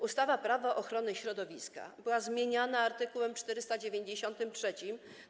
Ustawa Prawo ochrony środowiska była zmieniana art. 493